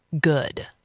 good